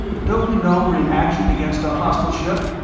don't you know we're in action against a hostile ship?